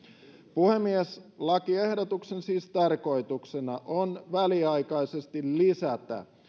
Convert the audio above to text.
puhemies lakiehdotuksen tarkoituksena siis on väliaikaisesti lisätä